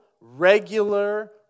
regular